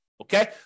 Okay